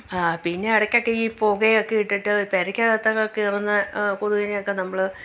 പിന്നെ ഇടയ്ക്ക് ഒക്കെ ഈ പുകയൊക്കെ ഇട്ടിട്ട് പെരയ്ക്കകത്തൊക്കെ കയറുന്ന കൊതുകിനെയൊക്കെ നമ്മള്